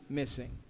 missing